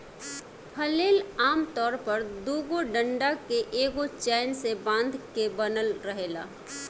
flail आमतौर पर दुगो डंडा के एगो चैन से बांध के बनल रहेला